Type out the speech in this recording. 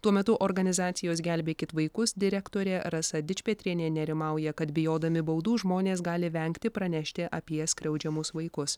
tuo metu organizacijos gelbėkit vaikus direktorė rasa dičpetrienė nerimauja kad bijodami baudų žmonės gali vengti pranešti apie skriaudžiamus vaikus